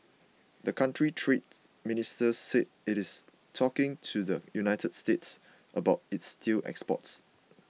the country's trade ministry said it is talking to the United States about its steel exports